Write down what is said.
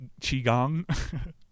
qigong